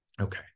Okay